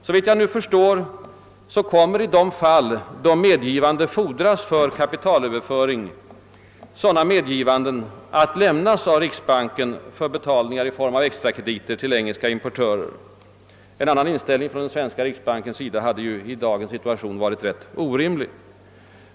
Såvitt jag nu förstår kommer i de fall, då medgivanden fordras för kapitalöverföring, riksbanken att lämna sådana medgivanden för betalning i form av extra krediter till engelska importörer. En annan inställning från den svenska riksbankens sida hade ju i dagens situation varit orimlig.